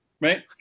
Right